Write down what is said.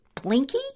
blinky